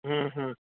हम्म हम्म